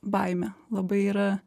baime labai yra